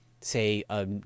say